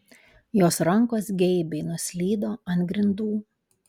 jos rankos geibiai nuslydo ant grindų